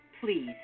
Please